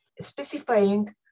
specifying